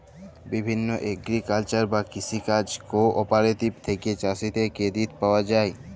বিভিল্য এগ্রিকালচারাল বা কৃষি কাজ কোঅপারেটিভ থেক্যে চাষীদের ক্রেডিট পায়া যায়